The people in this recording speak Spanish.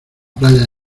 playa